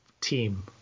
team